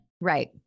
Right